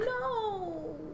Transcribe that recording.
no